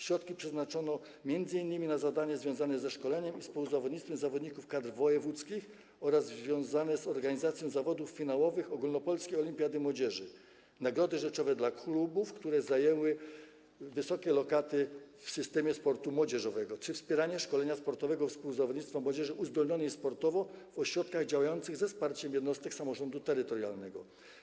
Środki przeznaczono m.in. na zadania związane ze szkoleniem i współzawodnictwem zawodników kadr wojewódzkich, organizację zawodów finałowych ogólnopolskiej olimpiady młodzieży, nagrody rzeczowe dla klubów, które zajęły wysokie lokaty w systemie sportu młodzieżowego, czy wspieranie szkolenia sportowego współzawodnictwa dla młodzieży uzdolnionej sportowo w ośrodkach działających przy wsparciu jednostek samorządu terytorialnego.